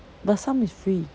but some is free